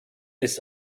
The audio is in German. ist